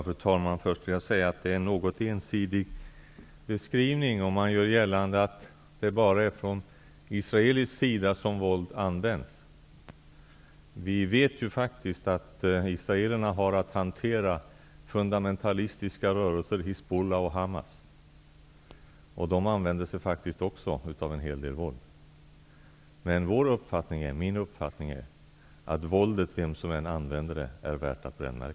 Fru talman! Om man gör gällande att det bara är från israelisk sida som våld används är det en något ensidig beskrivning. Vi vet faktiskt att israelerna har att hantera fundamentalistiska rörelser -- Hizbollah och Hamas. Dessa använder sig faktiskt också av en hel del våld. Min uppfattning är att våldet, vem som än använder det, är värt att brännmärkas.